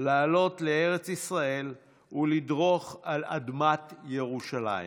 לעלות לארץ ישראל ולדרוך על אדמת ירושלים.